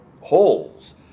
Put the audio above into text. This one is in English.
holes